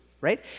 right